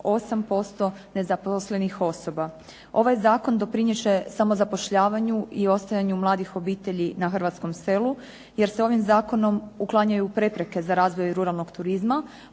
29,8% nezaposlenih osoba. Ovaj zakon doprinijet će samozapošljavanju i ostajanju mladih obitelji na hrvatskom selu jer se ovim zakonom uklanjaju prepreke za razvoj ruralnog turizma,